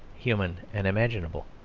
human, and imaginable.